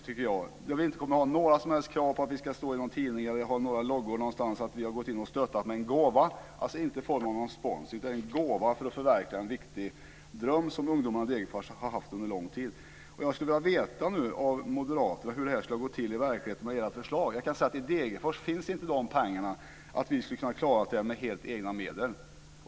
Vi har inte några som helst krav på att vi ska stå i några tidningar eller finnas med i form av "loggor" för att det ska synas att vi har givit stöd med en gåva. Det har inte varit någon form av sponsring utan en gåva för att förverkliga en viktig dröm som ungdomarna i Degerfors har haft under lång tid. Jag skulle vilja veta av moderaterna hur ert förslag skulle ha sett ut i verkligheten. Dessa pengar finns inte i Degerfors, så vi hade inte klarat detta med helt egna medel.